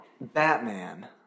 Batman